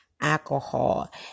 alcohol